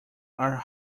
are